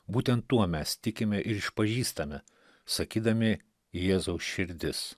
būtent tuo mes tikime ir išpažįstame sakydami jėzau širdis